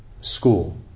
school